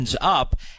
up